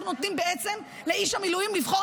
אנחנו נותנים בעצם לאיש המילואים לבחור